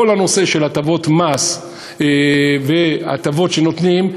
כל הנושא של הטבות מס והטבות שנותנים,